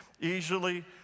easily